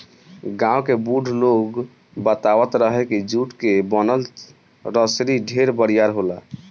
गांव के बुढ़ लोग बतावत रहे की जुट के बनल रसरी ढेर बरियार होला